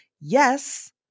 Yes